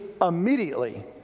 immediately